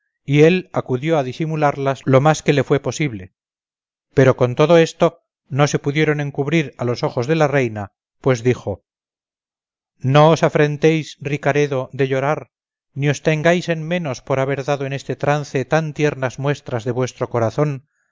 y él acudió a disimularlas lo más que le fue posible pero con todo esto no se pudieron encubrir a los ojos de la reina pues dijo no os afrentéis ricaredo de llorar ni os tengáis en menos por haber dado en este trance tan tiernas muestras de vuestro corazón